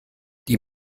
die